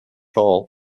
hall